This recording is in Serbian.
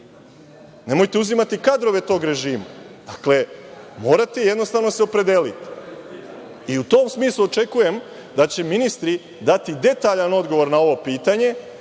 nemojte uzimati kadrove tog režima. Dakle, morate jednostavno se opredeliti.U tom smislu očekujem da će ministri dati detaljan odgovor na ovo pitanje